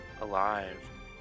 alive